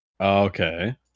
Okay